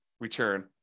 return